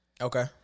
Okay